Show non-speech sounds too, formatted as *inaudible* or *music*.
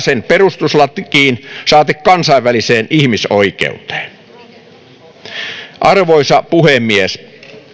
*unintelligible* sen perustuslakiin saati kansainväliseen ihmisoikeuteen arvoisa puhemies